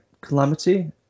Calamity